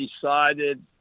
decided